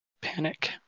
panic